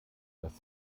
dass